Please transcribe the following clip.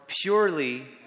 purely